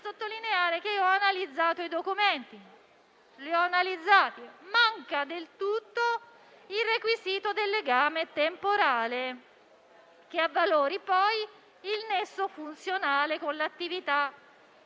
sottolineare che ho analizzato i documenti e manca del tutto il requisito del legame temporale che avvalori il nesso funzionale con l'attività